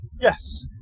yes